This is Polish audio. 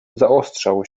zaostrzał